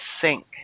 sink